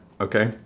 Okay